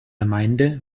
gemeinde